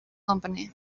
company